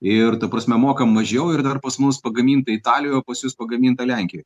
ir ta prasme mokam mažiau ir dar pas mus pagaminta italijoj o pas jus pagaminta lenkijoj